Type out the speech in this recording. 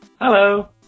Hello